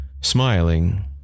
smiling